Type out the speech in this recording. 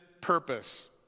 purpose